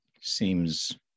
seems